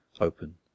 open